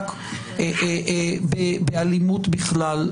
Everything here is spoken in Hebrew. במאבק באלימות בכלל,